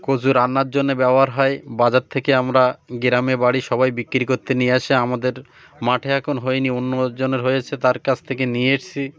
কচু রান্নার জন্যে ব্যবহার হয় বাজার থেকে আমরা গ্রামে বাড়ি সবাই বিক্রি করতে নিয়ে আসে আমাদের মাঠে এখন হয় নি অন্যজনের হয়ে এসে তার কাছ থেকে নিয়ে এসেছে